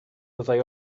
fyddai